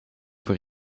voor